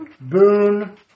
Boone